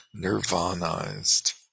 nirvanized